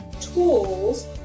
tools